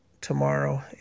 tomorrow